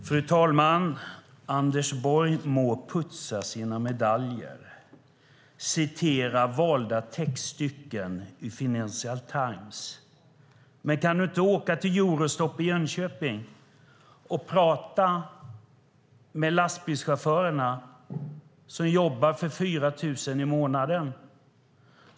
Fru talman! Anders Borg må putsa sina medaljer och citera valda textstycken ur Financial Times. Men kan du inte åka till Eurostop i Jönköping och tala med lastbilschaufförerna som jobbar för 4 000 kronor i månaden?